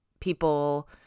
people